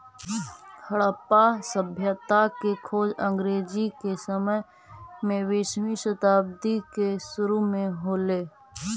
हड़प्पा सभ्यता के खोज अंग्रेज के समय में बीसवीं शताब्दी के सुरु में हो ले